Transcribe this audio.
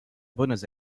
buenos